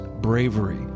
bravery